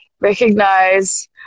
recognize